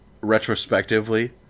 retrospectively